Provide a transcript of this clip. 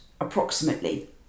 approximately